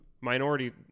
Minority